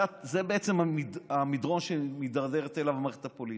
זה בעצם המדרון שמידרדרת עליו המערכת הפוליטית.